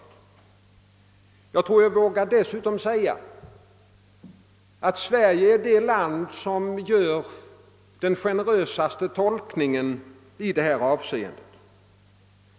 Dessutom tror jag mig våga säga att Sverige är det land som gör den mest generösa tolkningen i detta avseende.